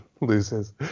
loses